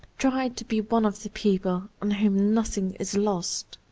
try to be one of the people on whom nothing is lost!